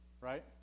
right